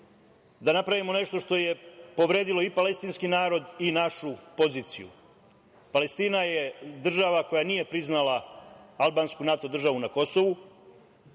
da napravimo nešto što je povredilo i palestinski narod i našu poziciju. Palestina je država koja nije priznala albansku NATO državu na Kosovu,